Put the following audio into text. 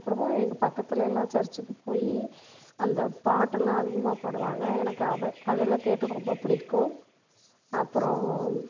அப்புறம் எங்கள் பக்கத்தில் எல்லாம் சர்ச்சுக்கு போய் அந்த பாட்டெல்லாம் அதிகமாக பாடுவாங்க எனக்கு அதை அதெல்லாம் கேட்டு ரொம்ப பிடிக்கும் அப்புறம்